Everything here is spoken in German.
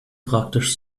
praktisch